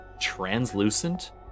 translucent